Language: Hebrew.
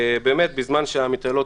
בזמן שהמתעללות,